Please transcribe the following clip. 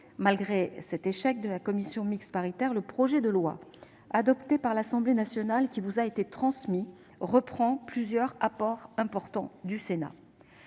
Malgré l'échec de la commission mixte paritaire, le projet de loi adopté par l'Assemblée nationale et qui vous a été transmis reprend plusieurs apports importants du Sénat.